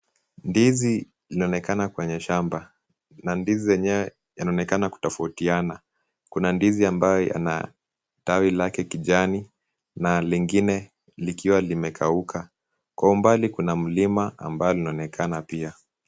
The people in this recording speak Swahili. Ndizi inaonekana kwenye shamba, na ndizi yenyewe yanaonekana kutofautiana. Kuna ndizi ambayo ina tawi lake kijani, na lingine likiwa limekauka. Kwa umbali kuna mlima ambao unaonekana pia.